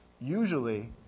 Usually